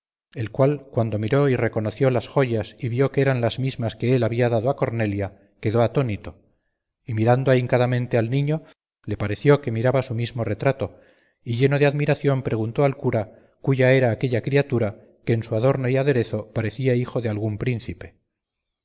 el cual cuando miró y reconoció las joyas y vio que eran las mismas que él había dado a cornelia quedó atónito y mirando ahincadamente al niño le pareció que miraba su mismo retrato y lleno de admiración preguntó al cura cúya era aquella criatura que en su adorno y aderezo parecía hijo de algún príncipe